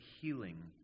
healing